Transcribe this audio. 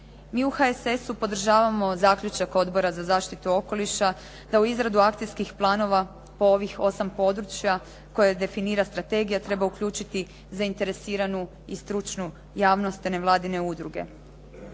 Mi u HSS-u podržavamo zaključak Odbora za zaštitu okoliša da u izradu akcijskih planova po ovih osam područja koje definira strategija treba uključiti zainteresiranu i stručnu javnost a ne vladine udruge.